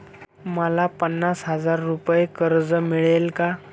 मला पन्नास हजार रुपये कर्ज मिळेल का?